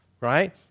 right